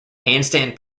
handstand